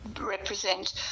represent